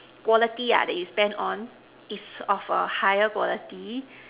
quality ya that you spend on is of a higher quality